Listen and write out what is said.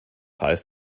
heißt